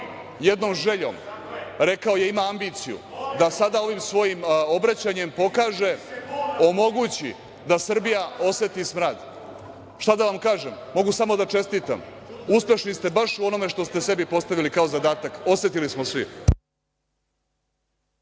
jednom željom, rekao je ima ambiciju da sada ovim svojim obraćanjem pokaže, omogući da Srbija oseti smrad. Šta da vam kažem – mogu samo da vam čestitam, uspešni ste baš u onome što ste sebi postavili kao zadatak, osetili smo svi.